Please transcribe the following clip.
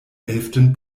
elften